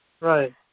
Right